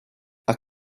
are